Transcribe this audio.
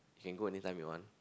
you can go anytime you want